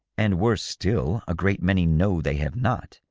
and worse still, a great many know they have not,